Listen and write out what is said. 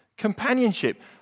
companionship